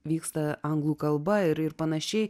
vyksta anglų kalba ir ir panašiai